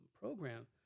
program